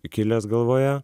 kilęs galvoje